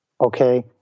okay